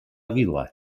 vila